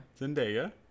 Zendaya